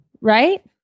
Right